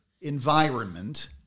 environment